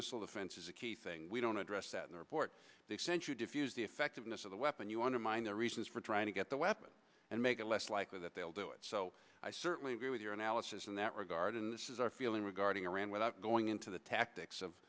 missile defense is a key thing we don't address that in the report they sent you diffuse the effectiveness of the weapon you want to mind the reasons for trying to get the weapons and make it less likely that they'll do it so i certainly agree with your analysis in that regard and this is our feeling regarding iran without going into the tactics of